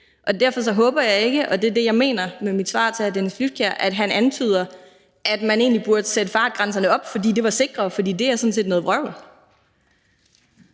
Og derfor håber jeg ikke – og det er det, jeg mener med mit svar til hr. Dennis Flydtkjær – at han antyder, at man egentlig burde sætte fartgrænserne op, fordi det er sikrere, for det er sådan set noget vrøvl.